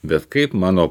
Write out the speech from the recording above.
bet kaip mano